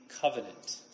covenant